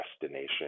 destination